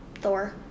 Thor